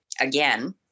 again